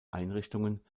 einrichtungen